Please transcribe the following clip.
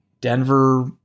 Denver